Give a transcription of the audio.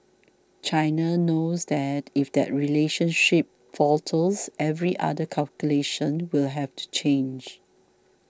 China knows that if that relationship falters every other calculation will have to change